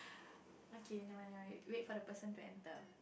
okay never mind never mind wait for the person to enter